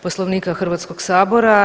Poslovnika Hrvatskog sabora.